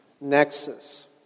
nexus